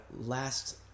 last